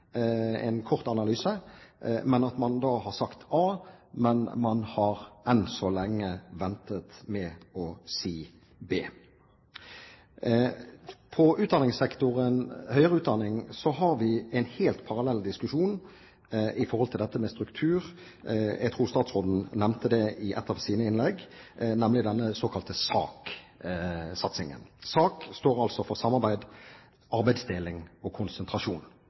en kort analyse – man har da sagt a, men enn så lenge har man ventet med å si b. Når det gjelder utdanningssektoren, høyere utdanning, har vi en helt parallell diskusjon om dette med struktur. Jeg tror statsråden nevnte det i ett av sine innlegg, nemlig denne såkalte SAK-satsingen. SAK står altså for samarbeid, arbeidsdeling og konsentrasjon.